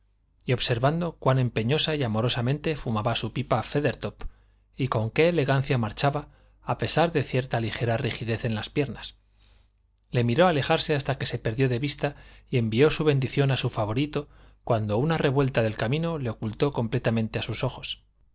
y observando cuán empeñosa y amorosamente fumaba su pipa feathertop y con qué elegancia marchaba a pesar de cierta ligera rigidez en las piernas le miró alejarse hasta que se perdió de vista y envió su bendición a su favorito cuando una revuelta del camino le ocultó completamente a sus ojos